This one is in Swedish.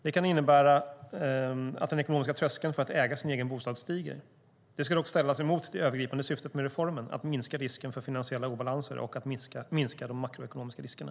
Det kan innebära att den ekonomiska tröskeln för att äga sin egen bostad stiger. Det ska dock ställas emot det övergripande syftet med reformen - att minska risken för finansiella obalanser och att minska de makroekonomiska riskerna.